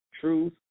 Truth